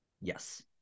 yes